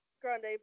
grande